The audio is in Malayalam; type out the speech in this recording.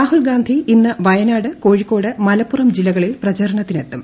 രാഹുൽ ഗാന്ധി ഇന്ന് വയനാട് കോഴിക്കോട് മലപ്പുറം ജില്ലകളിൽ പ്രചാരണത്തിനെത്തും